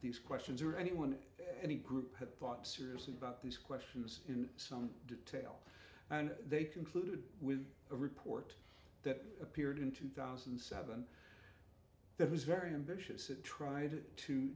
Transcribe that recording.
these questions or anyone any group had thought seriously about these questions in some detail and they concluded with a report that appeared in two thousand and seven that was very ambitious it tried to